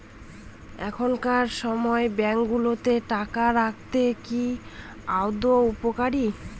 এখনকার সময় ব্যাঙ্কগুলোতে টাকা রাখা কি আদৌ উপকারী?